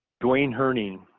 dewayne hearning,